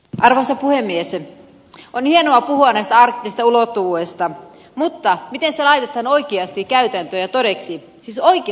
on hienoa puhua tästä arktisesta ulottuvuudesta mutta miten se laitetaan oikeasti käytäntöön ja todeksi siis oikeasti teoiksi